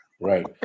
Right